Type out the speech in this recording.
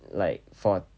like for~